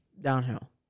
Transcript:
Downhill